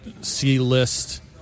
C-list